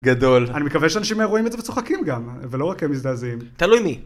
גדול. אני מקווה שאנשים רואים את זה וצוחקים גם, ולא רק הם מזדעזעים. תלוי מי.